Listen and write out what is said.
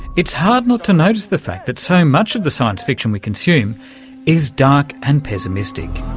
it's hard not to notice the fact that so much of the science fiction we consume is dark and pessimistic.